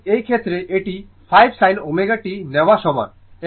সুতরাং এই ক্ষেত্রে এটি 5 sin ω t নেওয়া সমান